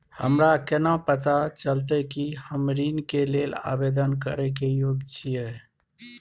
हमरा केना पता चलतई कि हम ऋण के लेल आवेदन करय के योग्य छियै?